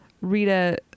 rita